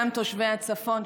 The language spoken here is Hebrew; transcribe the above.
גם תושבי הצפון,